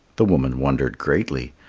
the woman wondered greatly,